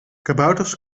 kabouters